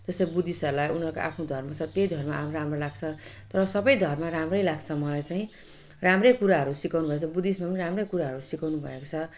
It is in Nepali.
त्यस्तै बुद्धिस्टहरूलाई उनीहरूको आफ्नो धर्म छ त्यही धर्म राम्रो लाग्छ तर सबै धर्म राम्रै लाग्छ मलाई चाहिँ राम्रै कुराहरू सिकाउनु भएकोछ बुद्धिस्टमा नि राम्रै कुराहरू सिकाउनुभएको छ